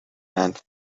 and